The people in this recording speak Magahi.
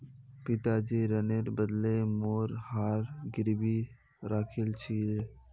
पिताजी ऋनेर बदले मोर हार गिरवी राखिल छिले